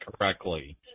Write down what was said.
correctly